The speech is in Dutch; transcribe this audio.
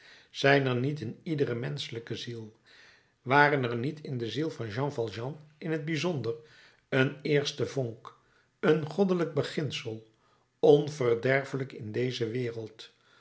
zijn er niet in iedere menschelijke ziel waren er niet in de ziel van jean valjean in t bijzonder een eerste vonk een goddelijk beginsel onverderfelijk in deze wereld